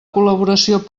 col·laboració